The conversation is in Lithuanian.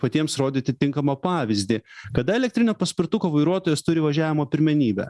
patiems rodyti tinkamą pavyzdį kada elektrinio paspirtuko vairuotojas turi važiavimo pirmenybę